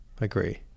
Agree